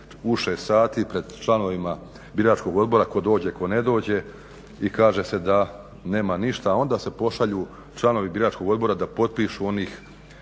u 6 sati pred članovima biračkog odbora, tko dođe, tko ne dođe i kaže se da nema ništa, a onda se pošalju članovi biračkog odbora da potpišu onu